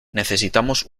necesitamos